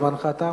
אבל זמנך תם.